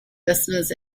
listeners